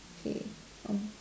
hey of